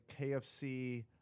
KFC